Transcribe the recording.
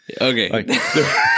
Okay